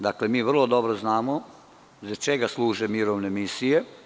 Dakle, mi vrlo dobro znamo za čega služe mirovne misije.